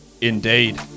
Indeed